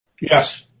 yes